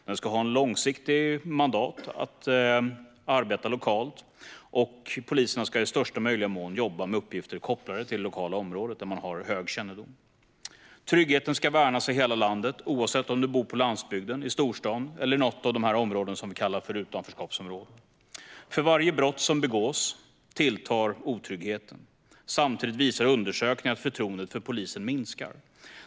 Den ska ha ett långsiktigt mandat att arbeta lokalt, och poliserna ska i största möjliga mån jobba med uppgifter kopplade till det lokala området där man har hög kännedom. Tryggheten ska värnas i hela landet, oavsett om du bor på landsbygden, i storstaden eller i något av de områden som vi kallar utanförskapsområden. För varje brott som begås tilltar otryggheten. Samtidigt visar undersökningar att förtroendet för polisen minskar.